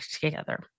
together